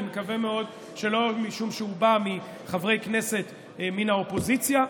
אני מקווה מאוד שלא משום שהוא בא מחברי כנסת מן האופוזיציה.